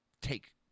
take